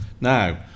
Now